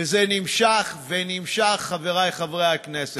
וזה נמשך ונמשך, חברי חברי הכנסת.